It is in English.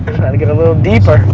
trying to get a little deeper.